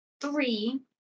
three